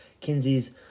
Kinsey's